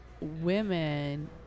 women